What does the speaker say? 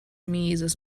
mieses